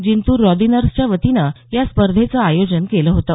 जिंतूर रॉदिनर्सच्या वतीनं या स्पर्धेचं आयोजन केलं होतं